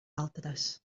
altres